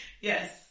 Yes